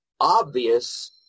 obvious